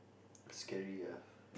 scary ah